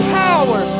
power